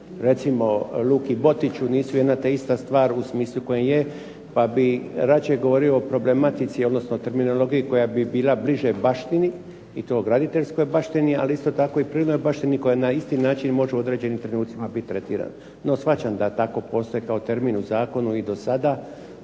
recimo Luki Botiću nisu jedna te ista stvar u smislu kojem je, pa bih rađe govorio o problematici odnosno o terminologiji koja bi bila bliže baštini i to graditeljskoj baštini, ali isto tako i prirodnoj baštini koja na isti način može u određenim trenucima biti tretiran. No, shvaćam da tako postoji kao termin u zakonu i do sada.